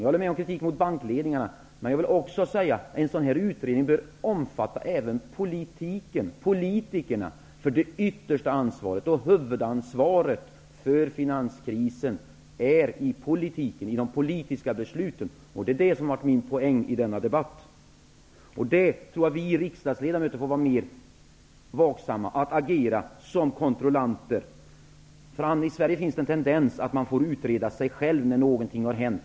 Jag håller med om kritiken mot bankledningarna. Men jag vill också säga att en sådan här utredning bör omfatta även politiken och politikerna. Det yttersta ansvaret och huvudansvaret för finanskrisen ligger i de politiska besluten. Det är det som är min poäng i denna debatt. Jag tror att vi riksdagsledamöter får vara mer vaksamma och agera som kontrollanter. I Sverige finns en tendens att man får utreda sig själv när någonting har hänt.